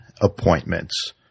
appointments